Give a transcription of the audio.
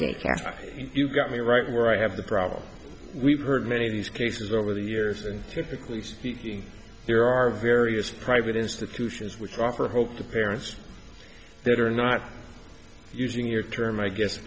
a cafe you've got me right where i have the problem we've heard many of these cases over the years and typically speaking there are various private institutions which offer hope to parents that are not using your term i guess